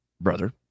brother